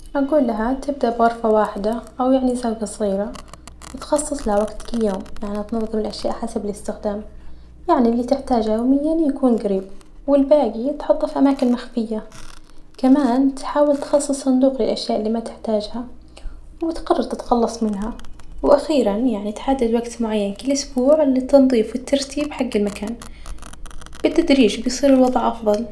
أجول لها تبدأ بغرفة واحدة أو يعني صغيرة وتخصص لها وجت كل يوم ،يعني تنظم الأشياء حسب الإستخدام يعني اللي تحتاجة منها يكون جريب والباجي يتحط في أماكن مخفية كمان تحاول تخصص صندوق للأشياء اللي ما تحتاجها وتقرر تتخلص منها ،وأخيرا يعني تحدد وجت معين كل أسبوع للتنظيف والترتيب حج المكان، بالتدريج بيصير الوضع أفظل.